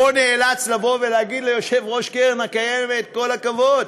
נאלץ פה לבוא ולהגיד ליושב-ראש הקרן הקיימת: כל הכבוד.